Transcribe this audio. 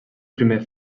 primer